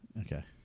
Okay